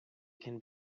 can